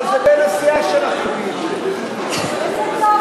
אבל בן הסיעה שלך הביא את זה.